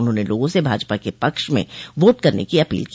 उन्होंने लोगों से भाजपा के पक्ष में वोट करने की अपील की